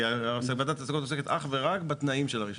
כי ועדת ההשגות עוסקת אך ורק בתנאים של הרישיון.